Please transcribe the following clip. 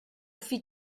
fit